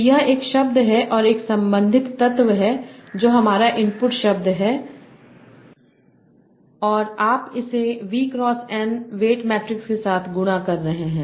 तो यह एक शब्द है और एक संबंधित तत्व है जो हमारा इनपुट शब्द है और आप इसे V cross N weight matrix के साथ गुणा कर रहे हैं